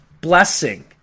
blessing